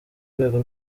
rwego